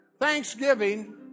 thanksgiving